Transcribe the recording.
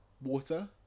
water